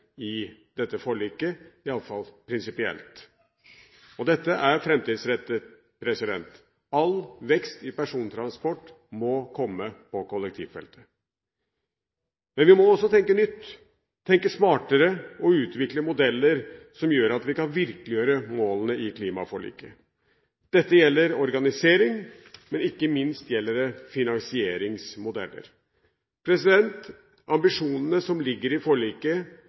i dette forliket – i alle fall prinsipielt. Dette er framtidsrettet. All vekst i persontransport må komme på kollektivfeltet. Men vi må også tenke nytt, tenke smartere og utvikle modeller som gjør at vi kan virkeliggjøre målene i klimaforliket. Det gjelder organisering, men ikke minst gjelder det finansieringsmodeller. Ambisjonene som ligger i forliket,